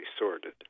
sorted